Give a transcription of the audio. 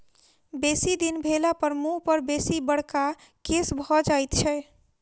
बेसी दिन भेलापर मुँह पर बेसी बड़का केश भ जाइत छै